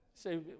say